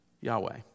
Yahweh